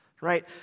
right